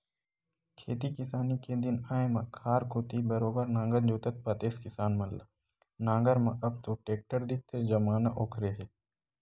खेती किसानी के दिन आय म खार कोती बरोबर नांगर जोतत पातेस किसान मन ल नांगर म अब तो टेक्टर दिखथे जमाना ओखरे हे